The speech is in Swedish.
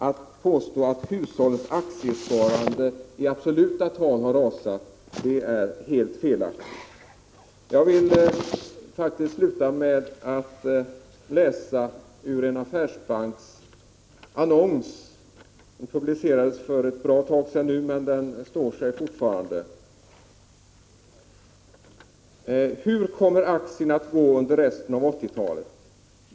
Att påstå att hushållens aktiesparande i absoluta tal har rasat är helt felaktigt. Jag vill sluta med att citera ur en affärsbanks annons. Den publicerades för ett bra tag sedan, men den står sig fortfarande. Där kan man läsa: ”Hur kommer aktierna att gå under resten av 80-talet?